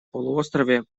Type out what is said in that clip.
полуострове